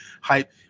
hype